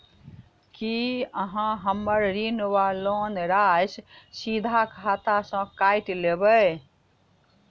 की अहाँ हम्मर ऋण वा लोन राशि सीधा खाता सँ काटि लेबऽ?